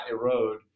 erode